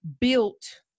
built